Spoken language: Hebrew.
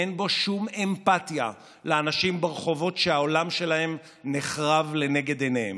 אין בו שום אמפתיה לאנשים ברחובות שהעולם שלהם נחרב לנגד עיניהם.